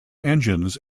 engines